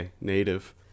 native